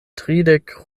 tridek